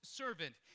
servant